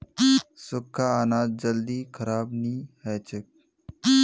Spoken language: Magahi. सुख्खा अनाज जल्दी खराब नी हछेक